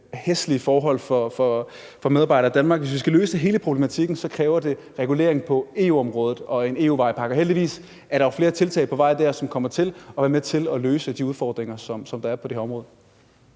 løse hele Kurt Beier-sagen, og hvis vi skal løse hele problematikken, kræver det regulering på EU-området og en EU-vejpakke. Heldigvis er der jo flere tiltag på vej dér, som kommer til at være med til at løse de udfordringer, der er på det her område.